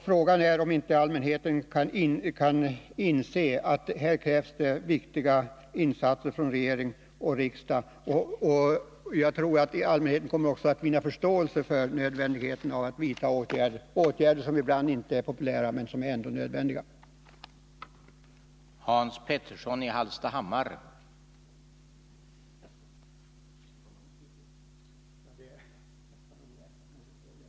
Frågan är om inte allmänheten inser att det här krävs kraftiga insatser av regering och riksdag. Jag tror att allmänheten kommer att förstå nödvändigheten av att det vidtas åtgärder som inte alltid är populära men som ändå är nödvändiga för att vi på litet längre sikt skall skapa en god sysselsättning och en säkrad ekonomi.